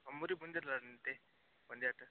ನಮ್ಮೂರಿಗೆ ಬಂದಿರಲ್ಲ ಒಂದೆರ್ಡುಸಾರಿ